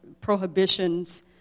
prohibitions